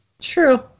True